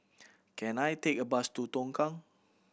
can I take a bus to Tongkang